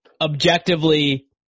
objectively